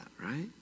right